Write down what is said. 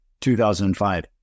2005